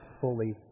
fully